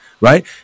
right